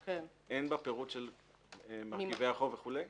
אין בה פירוט של מרכיבי החוב וכולי?